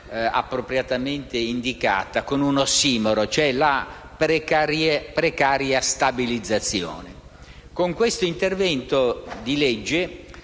appropriatamente indicata con un ossimoro: la «precaria stabilizzazione».